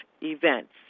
events